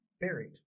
buried